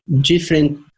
different